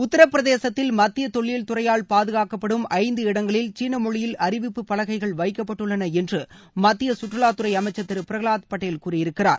உத்திரபிரதேசத்தில் மத்திய தொல்லியல் துறையால் பாதுகாக்கப்படும் ஐந்து இடங்களில் சீன மொழியில் அறிவிப்பு பலகைகள் வைக்கப்பட்டுள்ளன என்று மத்திய கற்றுவாத்துறை அமைச்சர் திரு பிரகவாத் பட்டேல் கூறியிருக்கிறார்